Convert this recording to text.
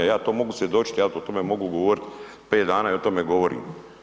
Ja to mogu svjedočiti, ja o tome mogu govoriti pet dana i o tome govorim.